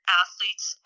athletes